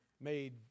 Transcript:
made